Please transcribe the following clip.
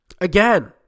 again